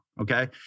Okay